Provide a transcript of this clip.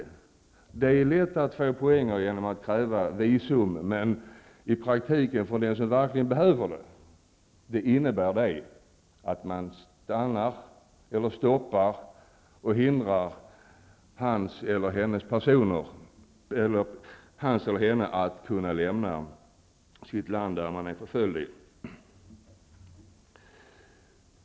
Det är lätt att få poäng genom att kräva visum, men att i praktiken kräva det från den som verkligen behöver asyl -- det innebär att man hindrar honom eller henne från att lämna sitt land där man är förföljd.